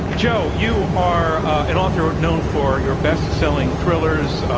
joe, you are an author known for your bestselling thrillers.